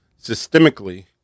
systemically